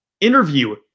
interview